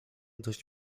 dość